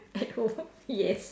at home yes